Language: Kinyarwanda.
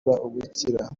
ubukira